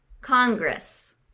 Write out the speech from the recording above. Congress